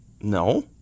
No